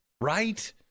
Right